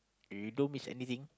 you don't miss anything